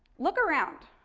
look around.